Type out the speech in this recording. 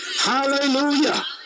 hallelujah